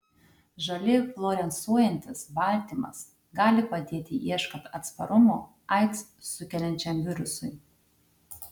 žaliai fluorescuojantis baltymas gali padėti ieškant atsparumo aids sukeliančiam virusui